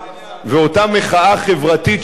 ואותה מחאה חברתית,